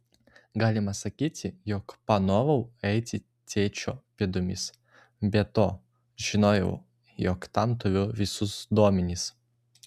galima sakyti jog panorau eiti tėčio pėdomis be to žinojau jog tam turiu visus duomenis